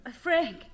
Frank